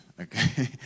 okay